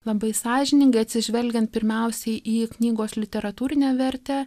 labai sąžiningai atsižvelgiant pirmiausiai į knygos literatūrinę vertę